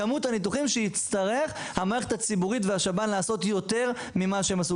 כמות הניתוחים שתצטרך המערכת הציבורית והשב"ן לעשות יותר ממה שהם עשו,